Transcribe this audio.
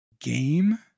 game